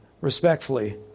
respectfully